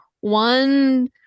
one